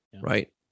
right